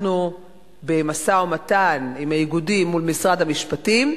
אנחנו במשא-ומתן עם האיגודים מול משרד המשפטים.